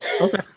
Okay